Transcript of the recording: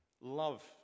love